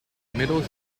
middle